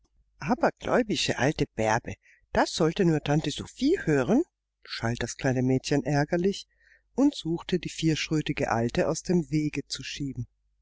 abergläubische alte bärbe das sollte nur tante sophie hören schalt das kleine mädchen ärgerlich und suchte die vierschrötige alte aus dem wege zu schieben